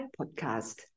podcast